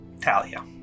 Talia